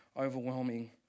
overwhelming